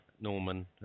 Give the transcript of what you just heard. Norman